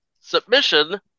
submission